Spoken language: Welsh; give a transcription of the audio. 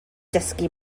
dysgu